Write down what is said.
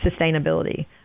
sustainability